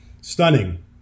stunning